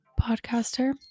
podcaster